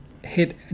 Hit